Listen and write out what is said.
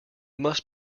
must